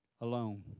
alone